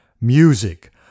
music